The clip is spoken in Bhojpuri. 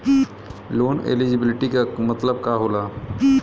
लोन एलिजिबिलिटी का मतलब का होला?